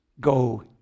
go